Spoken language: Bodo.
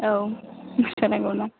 औ खिथानांगौना